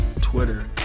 Twitter